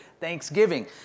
Thanksgiving